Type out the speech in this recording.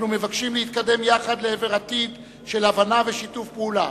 אנחנו מבקשים להתקדם יחד לעבר עתיד של הבנה ושיתוף פעולה.